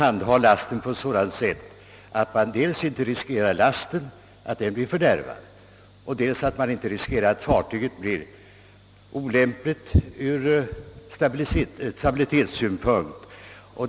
Befälet i handelsflottan måste inte bara ha utbildning som navigatör utan ock så mycket god erfarenhet i att handha lasten.